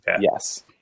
Yes